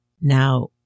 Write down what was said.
Now